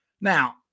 Now